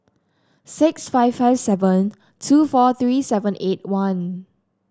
six five five seven two four three seven eight one